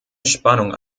spannung